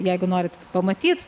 jeigu norit pamatyt